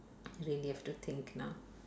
really have to think now